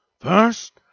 First